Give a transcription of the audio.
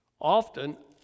often